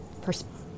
perspective